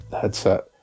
headset